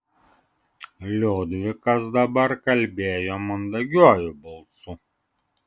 liudvikas dabar kalbėjo mandagiuoju balsu